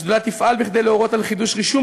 השדולה תפעל כדי להורות על חידוש רישום